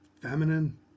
feminine